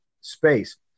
space